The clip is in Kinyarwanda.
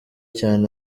cyane